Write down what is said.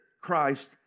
Christ